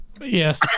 Yes